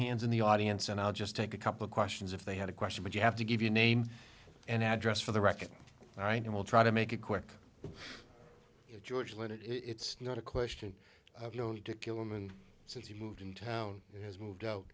hands in the audience and i'll just take a couple questions if they had a question but you have to give your name and address for the record all right i will try to make a quick george let it it's not a question you know to kill him and since he moved into town and has moved out